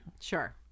Sure